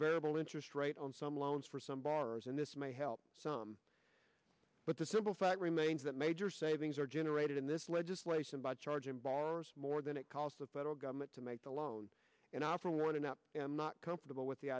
a variable interest rate on some loans for some bars and this may help some but the simple fact remains that major savings are generated in this legislation by charging bars more than it cost the federal government to make the loan and offer one another and not comfortable with the